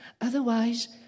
Otherwise